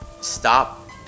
stop